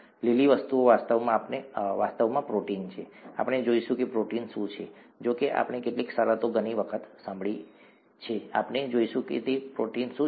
લીલી વસ્તુઓ વાસ્તવમાં પ્રોટીન છે આપણે જોઈશું કે પ્રોટીન શું છે જો કે આપણે કેટલીક શરતો ઘણી વખત સાંભળી છે આપણે જોઈશું કે તે પ્રોટીન શું છે